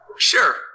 Sure